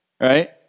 right